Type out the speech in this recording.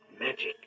Magic